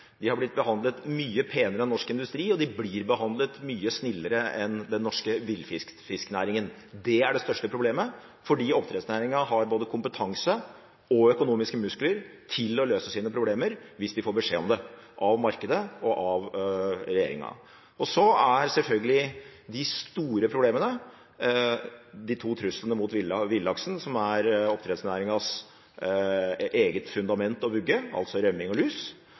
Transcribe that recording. de samme miljøkravene som andre norske næringer. Den har blitt behandlet mye penere enn norsk industri, og den blir behandlet mye snillere enn den norske villfisknæringen. Det er det største problemet fordi oppdrettsnæringen har både kompetanse og økonomiske muskler til å løse sine problemer hvis de får beskjed om det av markedet og av regjeringen. De store problemene er selvfølgelig de to truslene mot villaksen, som er oppdrettsnæringens eget fundament og vugge, altså rømming og lus.